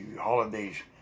holidays